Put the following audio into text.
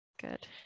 good